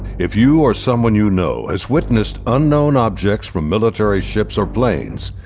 if you or someone you know has witnessed unknown objects from military ships or planes,